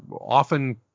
often